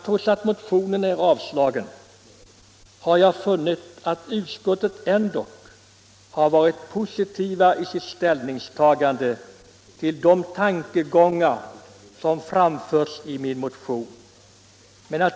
Trots att motionen är avstyrkt har jag funnit att utskottet JO-ämbetets ändock har varit positivt i sitt ställningstagande till de tankegångar som = uppgifter och framförts i min motion.